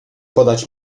podać